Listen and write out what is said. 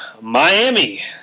Miami